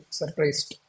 surprised